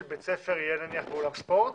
בית ספר היא תהיה נניח באולם ספורט?